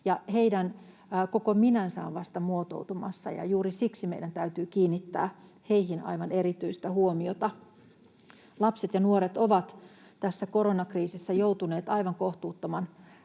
heidän koko minänsä on vasta muotoutumassa, ja juuri siksi meidän täytyy kiinnittää heihin aivan erityistä huomiota. Lapset ja nuoret ovat tässä koronakriisissä joutuneet aivan kohtuuttoman